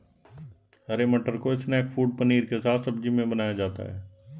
हरे मटर को snack food पनीर के साथ सब्जी में बनाया जाता है